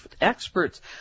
experts